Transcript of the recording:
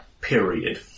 Period